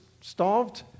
starved